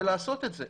ולעשות את זה.